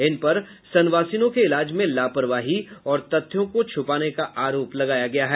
इन पर संवासिनों के इलाज में लापरवाही और तथ्यों को छुपाने का आरोप लगाया गया है